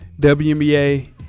WNBA